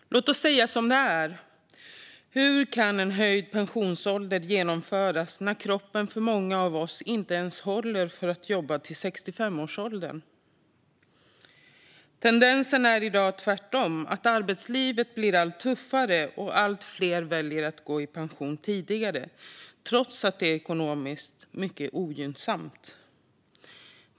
Låt oss säga som det är. Hur kan en höjning av pensionsåldern genomföras när kroppen för många av oss inte ens håller för att jobba till 65 års ålder? Tendensen i dag är tvärtom att arbetslivet blir allt tuffare och att allt fler väljer att gå i pension tidigare trots att det ekonomiskt är mycket ogynnsamt.